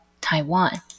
Taiwan